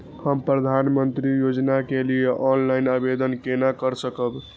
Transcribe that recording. हम प्रधानमंत्री योजना के लिए ऑनलाइन आवेदन केना कर सकब?